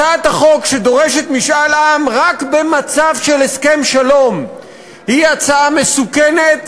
הצעת החוק שדורשת משאל עם רק במצב של הסכם שלום היא הצעה מסוכנת,